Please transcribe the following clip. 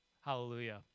Hallelujah